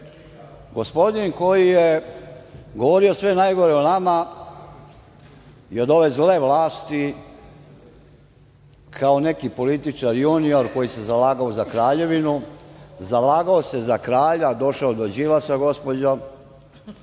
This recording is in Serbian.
zadužili. Gospodin koji je govorio sve najgore o nama je od ove zle vlasti, kao neki političar junior koji se zalagao za kraljevinu, zalagao se za kralja, a došao do Đilasa, gospodo,